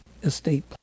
estate